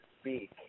speak